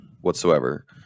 whatsoever